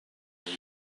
ылла